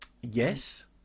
yes